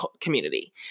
community